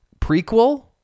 prequel